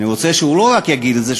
ואני רוצה שהוא לא רק יגיד את זה,